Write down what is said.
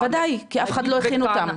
בוודאי, כי אף אחד לא הכין אותם.